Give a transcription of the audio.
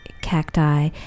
cacti